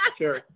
sure